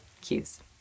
Cues